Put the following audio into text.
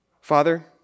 Father